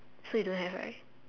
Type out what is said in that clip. so you don't have right